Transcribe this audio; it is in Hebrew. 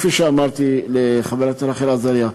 כפי שאמרתי לחברת הכנסת רחל עזריה,